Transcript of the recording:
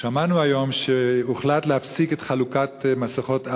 שמענו היום שהוחלט להפסיק את חלוקת מסכות אב"כ.